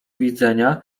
widzenia